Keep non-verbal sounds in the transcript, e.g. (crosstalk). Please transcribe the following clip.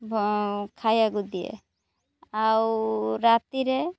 (unintelligible) ଖାଇବାକୁୁ ଦିଏ ଆଉ ରାତିରେ